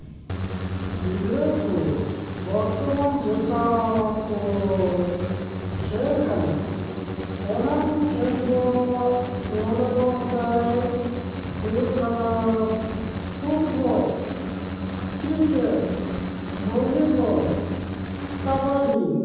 ᱜᱤᱫᱽᱨᱟᱹᱠᱚ ᱵᱚᱨᱛᱚᱢᱟᱱ ᱡᱮᱴᱟ ᱠᱚ ᱠᱷᱮᱞ ᱠᱟᱱᱟ ᱚᱱᱟᱠᱚ ᱠᱷᱮᱞᱫᱚ ᱱᱚᱰᱮ ᱫᱚ ᱮᱱᱛᱮᱫ ᱦᱩᱭᱩᱜ ᱠᱟᱱᱟ ᱯᱷᱩᱴᱵᱚᱞ ᱠᱨᱤᱠᱮᱴ ᱵᱷᱚᱞᱤᱵᱚᱞ ᱠᱟᱵᱟᱰᱤ